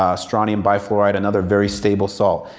ah strontium bifluoride another very stable salt.